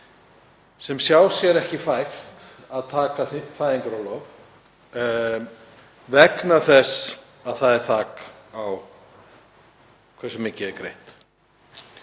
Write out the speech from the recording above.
sem sjá sér ekki fært að taka fæðingarorlof vegna þess að þak er á því hversu mikið er greitt.